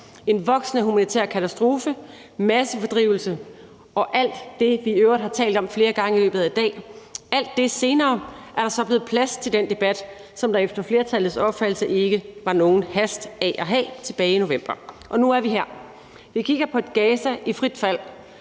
en voksende humanitær katastrofe, massefordrivelse og alt det, vi i øvrigt har talt om flere gange i løbet af i dag, er der så blevet plads til den debat, som det tilbage i november efter flertallets opfattelse ikke hastede med at få. Og nu er vi her. Vi kigger på et Gaza i frit fald,